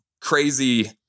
crazy